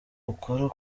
ukora